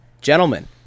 Gentlemen